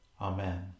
Amen